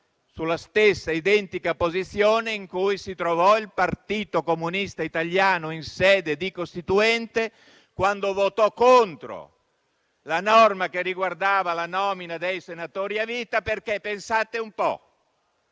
nella stessa identica posizione in cui si trovò il Partito Comunista Italiano in sede di Costituente, quando votò contro la norma che riguardava la nomina dei senatori a vita, perché - pensate un po'